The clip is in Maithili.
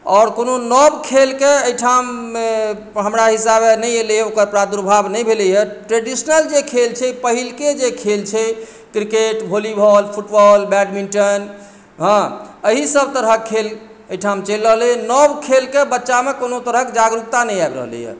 आओर कोनो नव खेलके एहिठाम हमरा हिसाबे नहि एलैए ओकर प्रादुर्भाव नहि भेलैए ट्रेडिशनल जे खेल छै पहिलके जे खेल छै क्रिकेट भॉलीबाल फुटबॉल बैडमिण्टन हँ अहीसभ तरहक खेल एहिठाम चलि रहलैए नव खेलके बच्चामे कोनो तरहक जागरुकता नहि आबि रहलैए